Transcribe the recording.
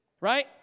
Right